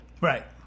Right